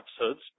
episodes